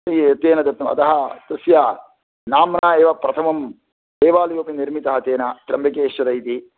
तैः तेन दत्तम् अतः तस्य नाम्ना एव प्रथमं देवालयोपि निर्मितः तेन त्र्यम्बकेश्वरः इति